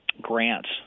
grants